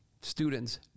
Students